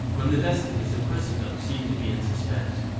when the destinies of christendom seem to be in suspense,